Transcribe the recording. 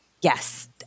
yes